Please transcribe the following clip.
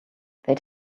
they